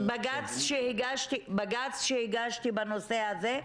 בג"ץ שהגשתי בנושא הזה,